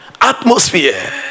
atmosphere